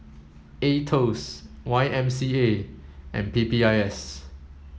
AETOS Y M C A and P P I S